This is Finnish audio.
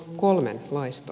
värderade talman